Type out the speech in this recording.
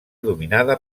dominada